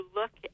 look